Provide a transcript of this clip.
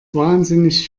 wahnsinnig